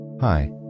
Hi